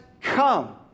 come